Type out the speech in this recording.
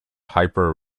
hyper